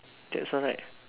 that's all right